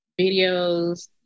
videos